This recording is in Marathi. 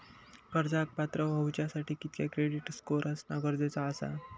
कर्जाक पात्र होवच्यासाठी कितक्या क्रेडिट स्कोअर असणा गरजेचा आसा?